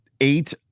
eight